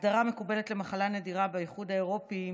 ההגדרה המקובלת למחלה נדירה באיחוד האירופי היא